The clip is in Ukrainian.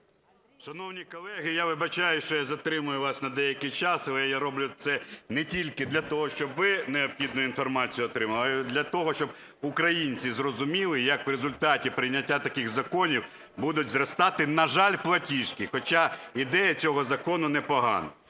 Шановні колеги, я вибачаюся, що я затримую вас на деякий час, але я роблю це не тільки для того, щоб ви необхідну інформацію отримали, але для того, щоб українці зрозуміли, як в результаті прийняття таких законів будуть зростати, на жаль, платіжки, хоча ідея цього закону непогана.